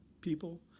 people